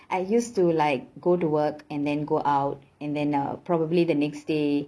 I used to like go to work and then go out and then uh probably the next day